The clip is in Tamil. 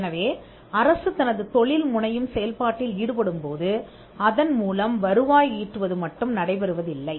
எனவே அரசு தனது தொழில் முனையும் செயல்பாட்டில் ஈடுபடும் போது அதன் மூலம் வருவாய் ஈட்டுவது மட்டும் நடைபெறுவதில்லை